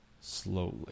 slowly